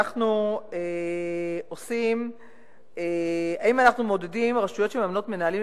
האם אנחנו מעודדים רשויות שממנות מנהלים